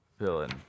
villain